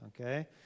okay